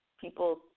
people